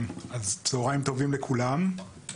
צהריים טובים לכולם.